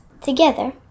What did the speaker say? together